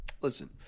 Listen